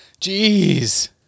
Jeez